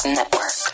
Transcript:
network